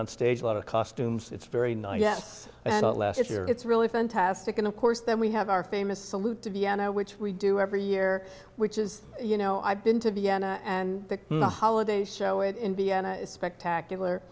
on stage a lot of costumes it's very nice yes and it's really fantastic and of course then we have our famous salute to vienna which we do every year which is you know i've been to vienna and the holiday show it in vienna is spectacular